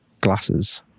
glasses